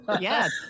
Yes